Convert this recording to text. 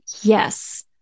yes